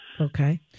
Okay